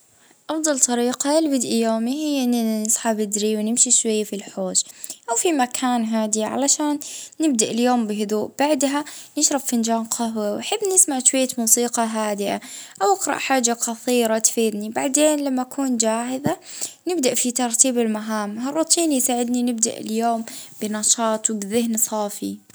بالنسبة ليا أحسن حاجة نبدا بها يومي هي جهوة بالحليب مع شوية موسيقى خفيفة ونجضي شوية وجت مع نفسي جبل ما نبدأ في الخدمة والجراية.